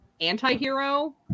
anti-hero